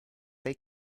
they